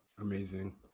amazing